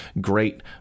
great